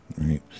right